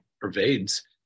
pervades